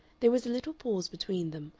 there was a little pause between them,